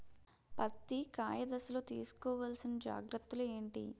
పత్తి కాయ దశ లొ తీసుకోవల్సిన జాగ్రత్తలు ఏంటి?